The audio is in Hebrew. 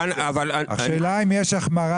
אין החמרה.